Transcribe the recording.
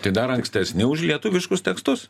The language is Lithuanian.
tai dar ankstesni už lietuviškus tekstus